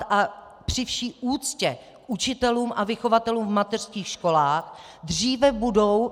A při vší úctě k učitelům a vychovatelům v mateřských školách dříve budou...